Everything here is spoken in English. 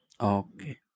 Okay